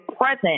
present